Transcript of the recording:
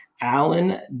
Alan